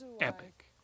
Epic